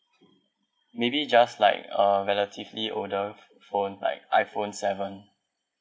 maybe just like uh relatively older phone like iPhone seven